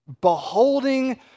beholding